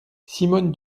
simone